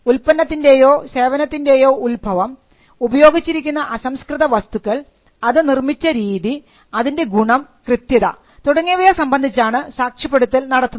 ഉൽപ്പന്നത്തിൻറെയോ സേവനത്തിൻറെയോ ഉത്ഭവം ഉപയോഗിച്ചിരിക്കുന്ന അസംസ്കൃതവസ്തുക്കൾ അത് നിർമ്മിച്ച രീതി അതിൻറെ ഗുണം കൃത്യത തുടങ്ങിയവ സംബന്ധിച്ചാണ് സാക്ഷ്യപ്പെടുത്തൽ നടത്തുന്നത്